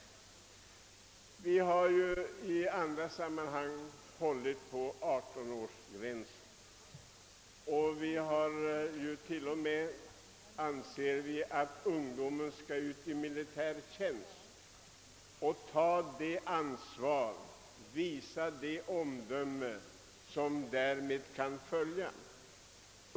Vi har i andra sammanhang hållit på 18-årsgränsen. Vi anser till och med att ungdomen i militärtjänst skall visa omdöme och ha det ansvar som kan följa därmed.